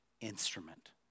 instrument